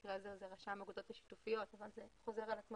במקרה הזה זה רשם האגודות השיתופיות וזה חוזר על עצמו